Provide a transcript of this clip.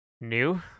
new